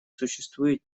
существует